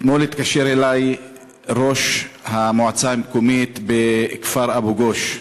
אתמול התקשר אלי ראש המועצה המקומית בכפר אבו-גוש,